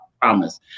promise